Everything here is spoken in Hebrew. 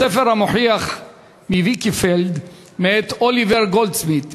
בספר "המוכיח מווייקפילד" מאת אוליבר גולדסמית',